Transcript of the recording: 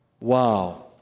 Wow